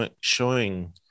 showing